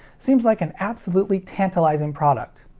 seems like an absolutely tantalizing product.